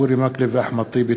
אורי מקלב ואחמד טיבי.